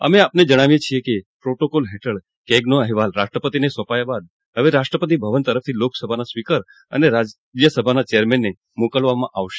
અમે આપને જણાવીએ છીએ કે પ્રોટોકોલ હેઠળ કેગનો અહેવાલ રાષ્ટ્રપતિને સોંપાયા બાદ હવે રાષ્ટ્રપતિ ભવન તરફથી લોકસભાના સ્પીકર અને રાજ્યસભાના ચેરમેનને ઓફિસે મોકલવામાં આવશે